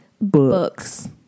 Books